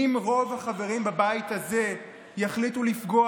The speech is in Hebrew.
אם רוב החברים בבית הזה יחליטו לפגוע